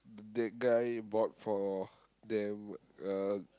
that guy bought for them uh